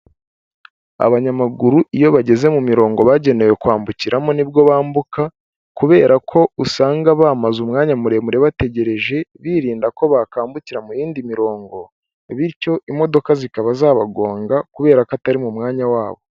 Abanyamaguru iyo bageze mu mirongo bagenewe kwambukiramo nibwo bambuka kubera ko usanga bamaze umwanya muremure bategereje birinda ko bakambukira mu yindi mirongo bityo imodoka zikaba zabagonga kubera ko atari mu mwanya wabo.